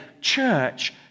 church